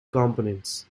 components